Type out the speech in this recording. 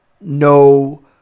no